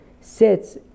sits